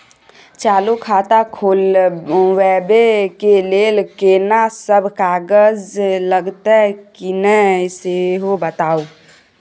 चालू खाता खोलवैबे के लेल केना सब कागज लगतै किन्ने सेहो बताऊ?